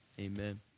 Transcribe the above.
amen